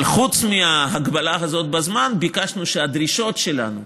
אבל חוץ מההגבלה הזאת בזמן, ביקשנו שהדרישות שלנו,